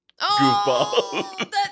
goofball